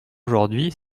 aujourd’hui